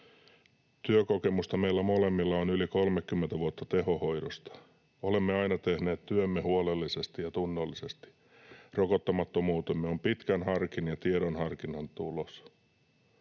Työkokemusta meillä molemmilla on yli 30 vuotta tehohoidosta. Olemme aina tehneet työmme huolellisesti ja tunnollisesti. Rokottamattomuutemme on pitkän harkinnan ja tiedonhankinnan tulos.